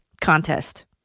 contest